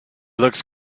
looks